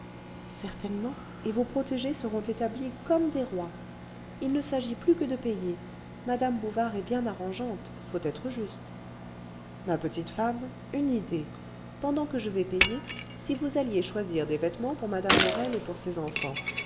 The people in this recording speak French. certainement et vos protégés seront établis comme des rois il ne s'agit plus que de payer mme bouvard est bien arrangeante faut être juste ma petite femme une idée pendant que je vais payer si vous alliez choisir des vêtements pour mme morel et pour ses enfants